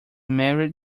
married